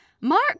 Mark